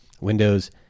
Windows